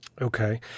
Okay